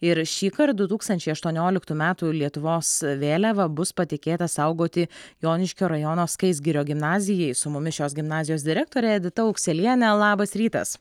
ir šįkart du tūkstančiai aštuonioliktų metų lietuvos vėliava bus patikėta saugoti joniškio rajono skaisgirio gimnazijai su mumis šios gimnazijos direktorė edita aukselienė labas rytas